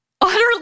utterly